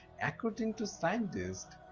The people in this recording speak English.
according to scientists,